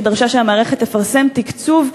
שדרשה שהמערכת תפרסם תקצוב,